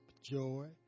joy